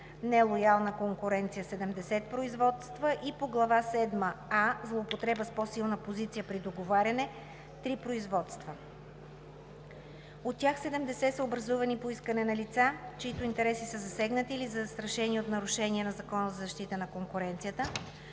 Нелоялна конкуренция – 70 производства, и по Глава седма „а“ Злоупотреба с по-силна позиция при договаряне – три производства. От тях 70 са образувани по искане на лица, чиито интереси са засегнати или застрашени от нарушение на ЗЗК, едно на основание